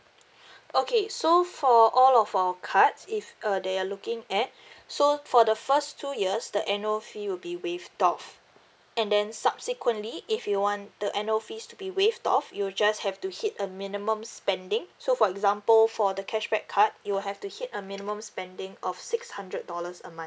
okay so for all of our cards if uh that you're looking at so for the first two years the annual fee will be waived off and then subsequently if you want the annual fees to be waived off you'll just have to hit a minimum spending so for example for the cashback card you'll have to hit a minimum spending of six hundred dollars a month